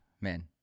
man